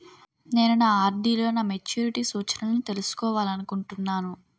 నేను నా ఆర్.డి లో నా మెచ్యూరిటీ సూచనలను తెలుసుకోవాలనుకుంటున్నాను